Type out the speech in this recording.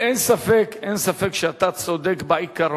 אין ספק, אין ספק שאתה צודק בעיקרון.